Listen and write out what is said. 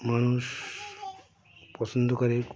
মানুষ পছন্দ করে